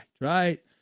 right